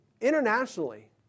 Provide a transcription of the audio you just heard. internationally